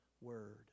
word